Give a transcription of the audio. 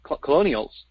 colonials